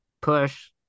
push